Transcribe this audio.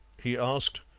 he asked.